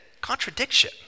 contradiction